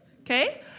Okay